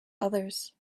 others